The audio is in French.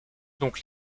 donc